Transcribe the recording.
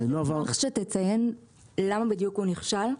חשוב שתציין למה בדיוק הוא נכשל.